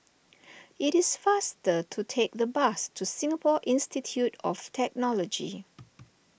it is faster to take the bus to Singapore Institute of Technology